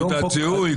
תעודת זיהוי,